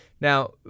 Now